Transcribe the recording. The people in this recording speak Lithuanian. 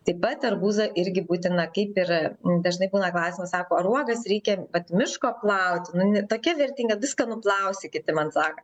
taip pat arbūzą irgi būtina kaip ir dažnai būna klausimas sako ar uogas reikia vat miško plauti nu tokia vertinga viską nuplausi kiti man sako